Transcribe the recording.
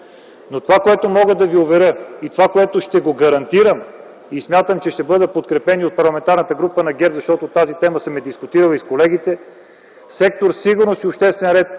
Но това, което мога да ви уверя е това, което ще гарантираме и смятам, че ще бъда подкрепен и от Парламентарната група на ГЕРБ, защото тази тема съм дискутирал и с колегите – сектор „Сигурност и обществен ред”